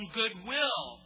goodwill